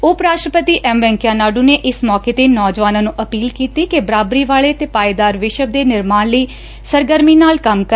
ਉਪ ਰਾਸ਼ਟਰਪਤੀ ਐਮ ਵੈਂਕਈਆ ਨਾਇਡੁ ਨੇ ਇਸ ਮੌਕੇ ਤੇ ਨੌਜਵਾਨਾਂ ਨੂੰ ਅਪੀਲ ਕੀਤੀ ਏ ਕਿ ਬਰਾਬਰੀ ਵਾਲੇ ਤੇ ਪਾਏਦਾਰ ਵਿਸ਼ਵ ਦੇ ਨਿਰਮਾਣ ਲਈ ਸਰਗਰਮੀ ਨਾਲ ਕੰਮ ਕਰਨ